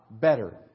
better